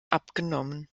abgenommen